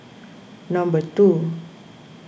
number two